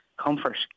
Comfort